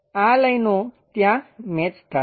આ લાઈનો ત્યાં મેચ થાશે